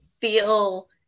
feel